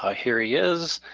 ah here he is,